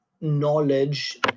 knowledge